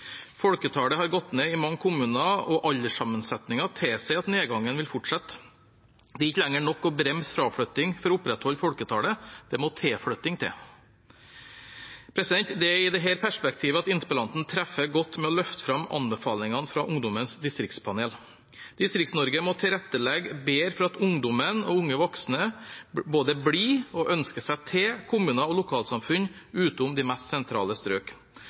mange kommuner, og alderssammensetningen tilsier at nedgangen vil fortsette. Det er ikke lenger nok å bremse fraflytting for å opprettholde folketallet, det må tilflytting til. Det er i dette perspektivet at interpellanten treffer godt med å løfte fram anbefalingene fra Ungdommens distriktspanel. Distrikts-Norge må tilrettelegge bedre for at ungdommen og unge voksne både blir og ønsker seg til kommuner og lokalsamfunn utenom de mest sentrale strøk.